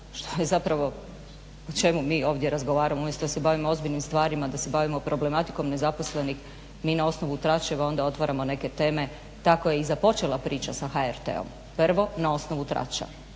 što je zapravo, o čemu mi ovdje razgovaramo umjesto da se bavimo ozbiljnim stvarima, da se bavimo problematikom nezaposlenih mi na osnovu tračeva onda otvaramo neke teme. Tako je i započela priča sa HRT-om, prvo na osnovu trača.